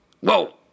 whoa